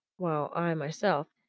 while i myself,